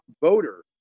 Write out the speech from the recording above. voter